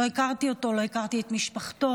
לא הכרתי אותו, לא הכרתי את משפחתו.